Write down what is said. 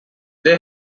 they